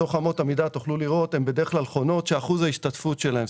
שבתוך אמות המידה תוכלו לראות שאחוז ההשתתפות שלהן,